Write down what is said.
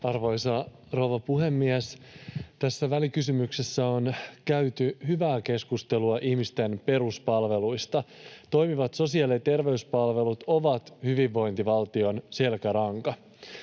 Arvoisa rouva puhemies! Tässä välikysymyksessä on käyty hyvää keskustelua ihmisten peruspalveluista. Toimivat sosiaali- ja terveyspalvelut ovat hyvinvointivaltion selkäranka.